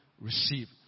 receive